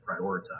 prioritize